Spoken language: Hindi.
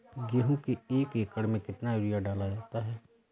गेहूँ के एक एकड़ में कितना यूरिया डाला जाता है?